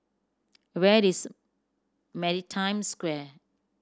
where is Maritime Square